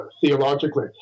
theologically